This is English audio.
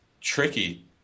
tricky